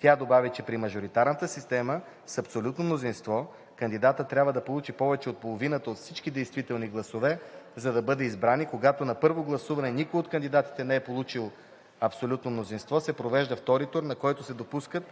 Тя добави, че при мажоритарната система с абсолютно мнозинство кандидатът трябва да получи повече от половината от всички действителни гласове, за да бъде избран и когато на първото гласуване никой от кандидатите не е получил абсолютно мнозинство, се провежда втори тур, на който се допускат